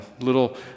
little